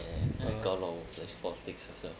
ya got a lot of those politics also